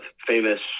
Famous